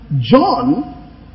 John